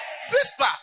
Sister